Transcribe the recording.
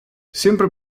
sempre